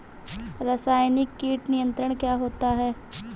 रसायनिक कीट नियंत्रण क्या होता है?